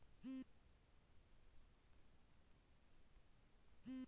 গোটা ভারতে সাস্টেইনেবল কৃষিকাজ পালন করা হয়